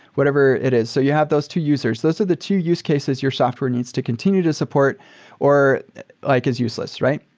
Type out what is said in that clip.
whatever it is. so you have those two users. those are two use cases your software needs to continue to support or like it's useless, right?